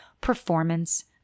performance